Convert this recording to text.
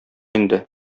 инде